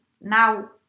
now